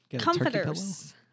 Comforters